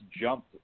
jumped